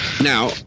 Now